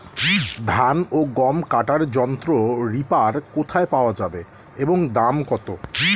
ধান ও গম কাটার যন্ত্র রিপার কোথায় পাওয়া যাবে এবং দাম কত?